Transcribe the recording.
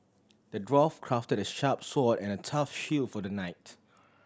the dwarf crafted a sharp sword and a tough shield for the knight